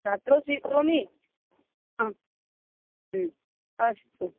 रात्रौ स्वीकरोमि हा अस्तु